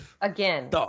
Again